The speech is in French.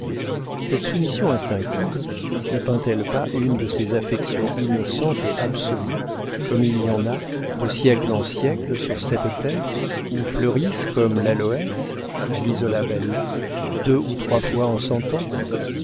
cette soumission instinctive ne peint elle pas une de ces affections innocentes et absolues comme il y en a de siècle en siècle sur cette terre où elles fleurissent comme l'aloès à l'isola bella deux ou trois fois en cent ans